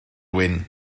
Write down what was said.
wyn